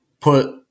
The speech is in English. put